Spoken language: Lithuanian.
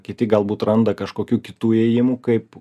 kiti galbūt randa kažkokių kitų įėjimų kaip